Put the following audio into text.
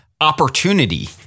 opportunity